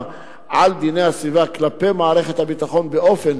של דיני הסביבה כלפי מערכת הביטחון באופן